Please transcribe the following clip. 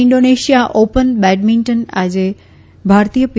Indonesia open બેડમિન્ટનમાં આજે ભારતીય પી